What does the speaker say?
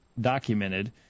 Documented